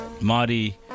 Marty